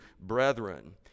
brethren